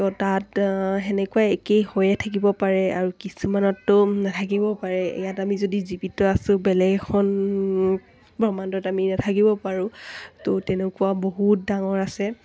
ত' তাত তেনেকুৱা একেই হৈয়ে থাকিব পাৰে আৰু কিছুমানতো নাথাকিবও পাৰে ইয়াত আমি যদি জীৱিত আছোঁ বেলেগ এখন ব্ৰক্ষ্মাণ্ডত আমি নাথাকিব পাৰোঁ ত' তেনেকুৱা বহুত ডাঙৰ আছে